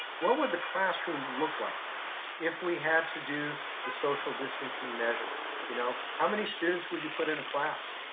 what would the classroom look like if we had to do the social distancing measures? you know how many students would you put in a class?